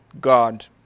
God